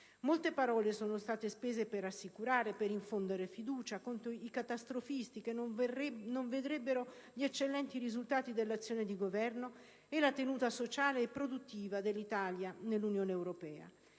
Molte parole sono state spese per rassicurare ed infondere fiducia contro i catastrofisti, che non vedrebbero gli eccellenti risultati dell'azione di governo e la tenuta sociale e produttiva dell'Italia nell'Unione europea.